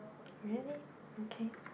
really okay